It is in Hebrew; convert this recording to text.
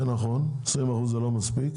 20% זה לא מספיק.